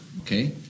okay